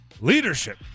Leadership